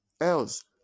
Else